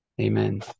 Amen